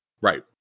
right